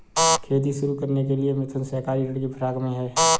खेती शुरू करने के लिए मिथुन सहकारी ऋण की फिराक में है